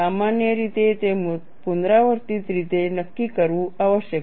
સામાન્ય રીતે તે પુનરાવર્તિત રીતે નક્કી કરવું આવશ્યક છે